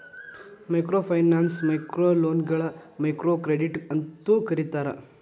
microfinance ಮೈಕ್ರೋಲೋನ್ಗಳ microcredit ಅಂತೂ ಕರೇತಾರ